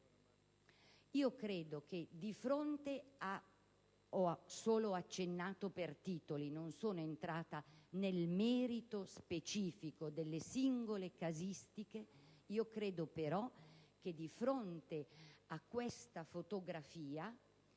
credo che di fronte a questa fotografia